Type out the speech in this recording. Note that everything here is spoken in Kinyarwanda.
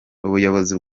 ubuyobozi